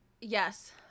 yes